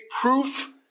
proof